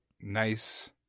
nice